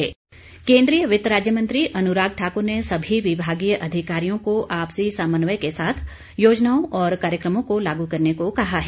अनुराग ठाकुर केन्द्रीय वित्त राज्य मंत्री अनुराग ठाकुर ने सभी विभागीय अधिकारियों को आपसी समन्वय के साथ योजनाओं और कार्यक्रमों को लागू करने को कहा है